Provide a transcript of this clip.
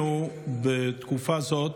בתקופה זאת,